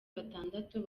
batandatu